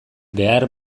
behar